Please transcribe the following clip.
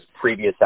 previous